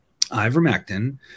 ivermectin